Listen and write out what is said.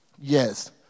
yes